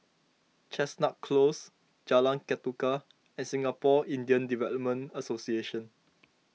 Chestnut Close Jalan Ketuka and Singapore Indian Development Association